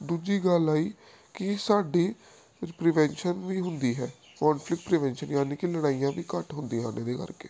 ਦੂਜੀ ਗੱਲ ਆਈ ਕਿ ਸਾਡੀ ਕੁਝ ਪ੍ਰੀਵੈਸ਼ਨ ਵੀ ਹੁੰਦੀ ਹੈ ਕੋਨਫਲਿੱਕਟ ਪ੍ਰੀਵੈਸ਼ਨ ਯਾਨੀ ਕਿ ਲੜਾਈਆਂ ਵੀ ਘੱਟ ਹੁੰਦੀਆਂ ਹਨ ਇਹਦੇ ਕਰਕੇ